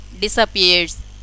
disappears